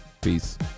Peace